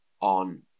on